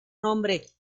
nombre